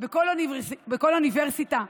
בכל אוניברסיטה,